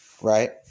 Right